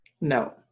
No